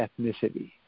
ethnicity